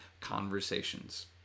conversations